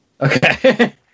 Okay